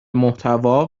محتوا